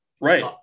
right